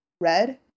red